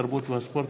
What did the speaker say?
התרבות והספורט,